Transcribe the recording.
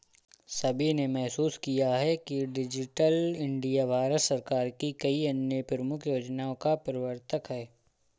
सभी ने महसूस किया है कि डिजिटल इंडिया भारत सरकार की कई अन्य प्रमुख योजनाओं का प्रवर्तक है